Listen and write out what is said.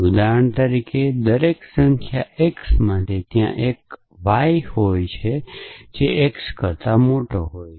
ઉદાહરણ તરીકે દરેક સંખ્યા x માટે ત્યાં એક સંખ્યા y હોય છે જે x કરતા મોટો હોય છે